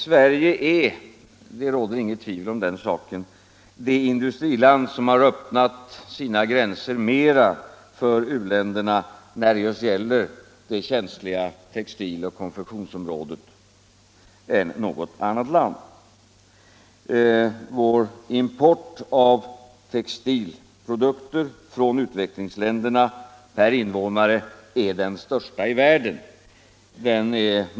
Sverige är — det råder inget tvivel om den saken — det in dustriland som har öppnat sina gränser för u-länderna när det gäller det känsliga textiloch konfektionsområdet mera än något annat land. Vår import per invånare av textilprodukter från utvecklingsländerna är den största i världen.